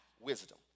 wisdom